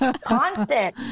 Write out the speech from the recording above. constant